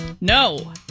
No